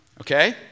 Okay